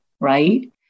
right